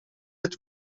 het